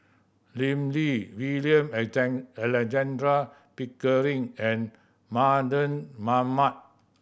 Lim Lee William Alexander Pickering and Mardan Mamat